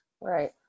right